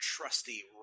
trusty